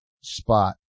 spot